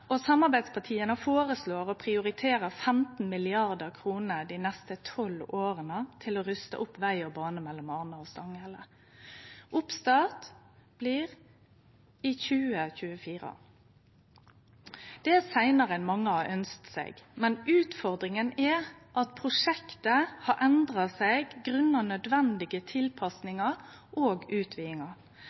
og samarbeidspartia foreslår å prioritere 15 mrd. kr dei neste tolv åra til å ruste opp veg og bane mellom Arna og Stanghelle. Oppstart blir i 2024. Det er seinare enn mange har ønskt seg, men utfordringa er at prosjektet har endra seg på grunn av nødvendige tilpassingar og